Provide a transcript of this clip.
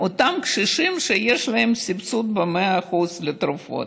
אותם קשישים שיש להם סבסוד של 100% לתרופות.